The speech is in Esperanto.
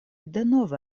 denove